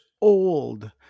old